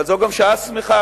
אבל זו גם שעה שמחה,